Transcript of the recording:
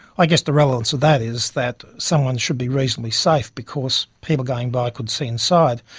i guess the relevance of that is that someone should be reasonably safe because people going by could see inside.